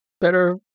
better